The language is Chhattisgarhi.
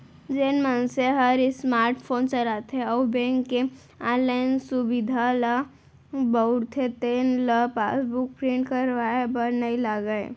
जेन मनसे हर स्मार्ट फोन चलाथे अउ बेंक के ऑनलाइन सुभीता ल बउरथे तेन ल पासबुक प्रिंट करवाए बर नइ लागय